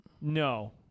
No